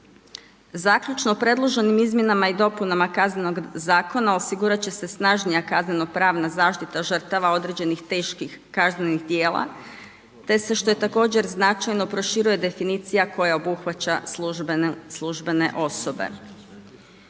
Zaključno predloženim Izmjenama i dopunama Kaznenog zakona osigurati će se snažnija kazneno-pravna zaštita žrtava određenih teških kaznenih djela te se što je također značajno proširuje definicija koja obuhvaća službene osobe.